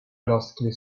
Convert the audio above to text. lorsque